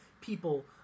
people